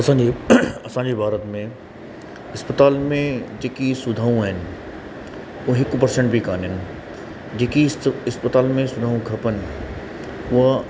असांजी असांजे भारत में इस्पतालुनि में जेकी सुविधाऊं आहिनि उहो हिकु परसेंट बि कोन आहिनि जेकी इस इस्पतालुनि में सुविधाऊं खपनि ऊअं